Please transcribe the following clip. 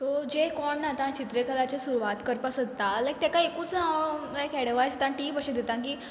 so जें कोण आतां चित्रकलाची सुरवात करपा सोदता लायक तेका एकूच हांव म्हळ्यार एक एडवायज दिता टीप अशी दिता की